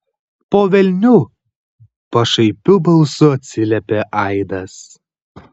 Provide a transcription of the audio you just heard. po velnių pašaipiu balsu atsiliepė aidas